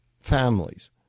families